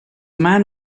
man